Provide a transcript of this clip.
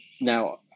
Now